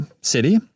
city